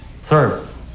serve